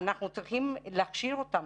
אנחנו צריכים להכשיר אותם.